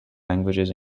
languages